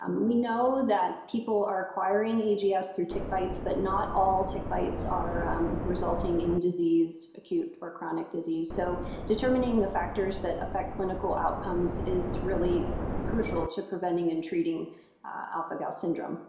um we know that people are acquiring ags yeah through tick bites but not all tick bites are resulting in disease, acute or chronic disease. so determining the factors that affect clinical outcomes is really crucial to preventing and treating alpha-gal syndrome.